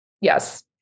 Yes